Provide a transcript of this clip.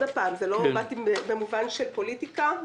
עוד פעם, לא באתי במובן של פוליטיקה.